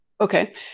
Okay